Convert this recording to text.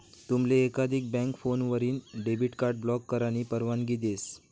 तुमले एकाधिक बँक फोनवरीन डेबिट कार्ड ब्लॉक करानी परवानगी देस